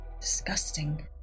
Disgusting